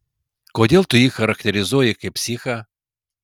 kodėl tu jį charakterizuoji kaip psichą